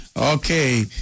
okay